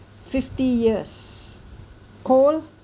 fifty years coal